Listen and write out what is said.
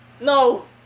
No